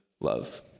love